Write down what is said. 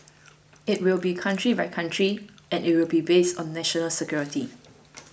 it will be country by country and it will be based on national security